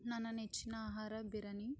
ನನ್ನ ನೆಚ್ಚಿನ ಆಹಾರ ಬಿರ್ಯಾನಿ